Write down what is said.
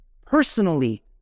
personally